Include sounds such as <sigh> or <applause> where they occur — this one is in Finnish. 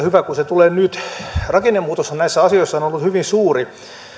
<unintelligible> mutta hyvä kun se tulee nyt rakennemuutoshan näissä asioissa on ollut hyvin suuri